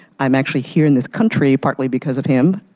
i'm actually here in this country partly because of him.